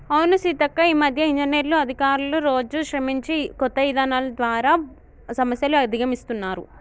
అవును సీతక్క ఈ మధ్య ఇంజనీర్లు అధికారులు రోజు శ్రమించి కొత్త ఇధానాలు ద్వారా సమస్యలు అధిగమిస్తున్నారు